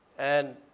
and